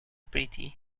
pretty